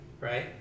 Right